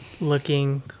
looking